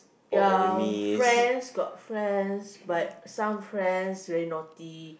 ya friends got friends but some friends very naughty